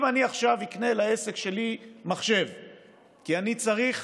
אם אני אקנה עכשיו מחשב לעסק שלי כי אני צריך